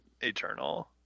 Eternal